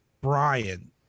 Brian